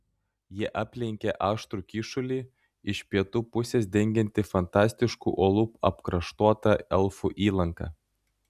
jie aplenkė aštrų kyšulį iš pietų pusės dengiantį fantastiškų uolų apkraštuotą elfų įlanką